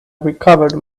recovered